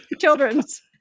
children's